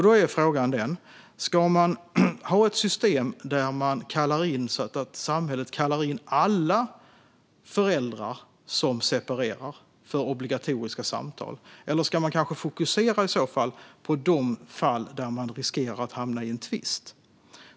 Då är frågan: Ska vi ha ett system där samhället kallar in alla föräldrar som separerar till obligatoriska samtal, eller ska vi kanske fokusera på de fall där man riskerar att hamna i en tvist?